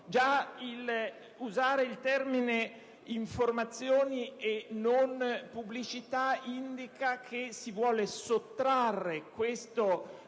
Già usare il termine informazioni e non pubblicità indica che si vuole sottrarre questo